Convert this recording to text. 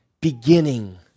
beginning